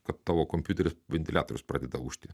kad tavo kompiutery ventiliatorius pradeda ūžti